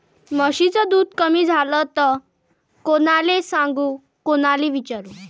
म्हशीचं दूध कमी झालं त कोनाले सांगू कोनाले विचारू?